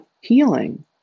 healing